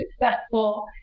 successful